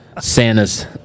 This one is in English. Santa's